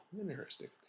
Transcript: interesting